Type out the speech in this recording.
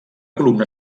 columna